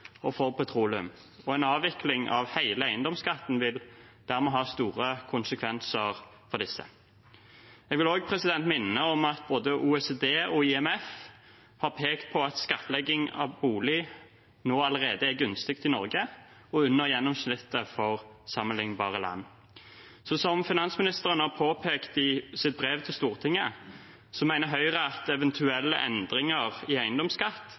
og for petroleum. En avvikling av hele eiendomsskatten vil dermed ha store konsekvenser for disse. Jeg vil også minne om at både OECD og IMF har pekt på at skattlegging av bolig allerede nå er gunstig i Norge og under gjennomsnittet for sammenlignbare land. Som finansministeren har påpekt i sitt brev til Stortinget, mener Høyre at eventuelle endringer i eiendomsskatt